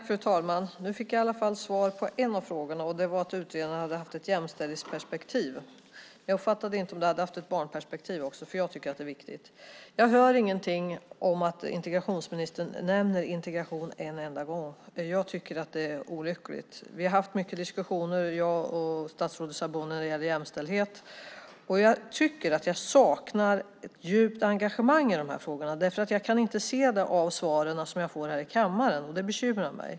Fru talman! Nu fick jag i alla fall svar på en av frågorna. Det var att utredaren hade haft ett jämställdhetsperspektiv. Jag uppfattade inte om det var ett barnperspektiv också. Jag tycker att det är viktigt. Jag hör inte att integrationsministern nämner integration en enda gång. Jag tycker att det är olyckligt. Vi har haft mycket diskussioner jag och statsrådet Sabuni när det gäller jämställdhet. Jag tycker att det saknas ett djupt engagemang i de här frågorna. Jag kan inte se det av svaren som jag får här i kammaren. Det bekymrar mig.